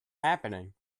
happening